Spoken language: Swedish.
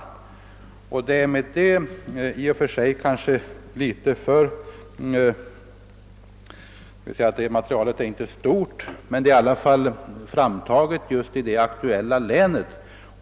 Materialet är inte stort, men det är i alla fall framtaget i det aktuella länet.